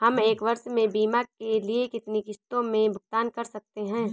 हम एक वर्ष में बीमा के लिए कितनी किश्तों में भुगतान कर सकते हैं?